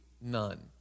none